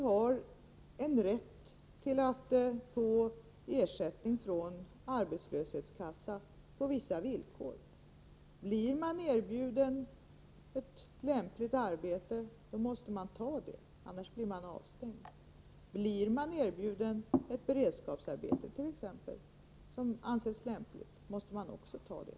Man har rätt till ersättning från arbetslöshetskassa på vissa villkor. Blir man erbjuden ett lämpligt arbete måste man ta det, annars blir man avstängd. Blir man erbjudent.ex. ett beredskapsarbete, som anses lämpligt, måste man ta också det.